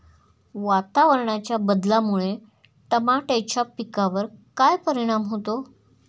वातावरणाच्या बदलामुळे टमाट्याच्या पिकावर काय परिणाम होतो?